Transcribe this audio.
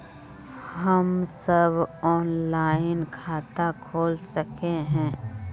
हम सब ऑनलाइन खाता खोल सके है?